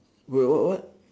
wait what what